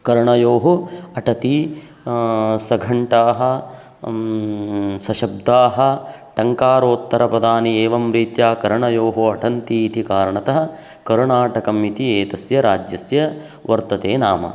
कर्णयोः अटति सघण्टाः सशब्दाः टङ्कारोत्तरपदानि एवं रीत्या कर्णयोः अटन्ति इति कारणतः कर्णाटकम् इति एतस्य राज्यस्य वर्तते नाम